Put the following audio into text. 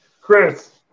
Chris